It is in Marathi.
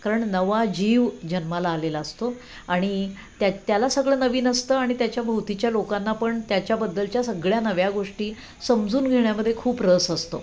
कारण नवा जीव जन्माला आलेला असतो आणि त्या त्याला सगळं नवीन असतं आणि त्याच्या भोवतीच्या लोकांना पण त्याच्याबद्दलच्या सगळ्या नव्या गोष्टी समजून घेण्यामध्ये खूप रस असतो